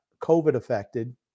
COVID-affected